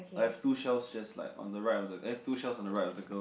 I have two shells just like on the right on the eh two shells on the right of the girl